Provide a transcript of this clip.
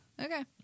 Okay